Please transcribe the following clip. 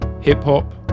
hip-hop